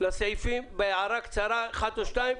לסעיפים בהערה קצרה, אחת או שתיים.